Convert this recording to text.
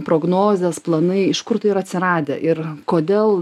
prognozės planai iš kur tai yra atsiradę ir kodėl